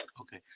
Okay